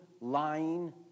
lying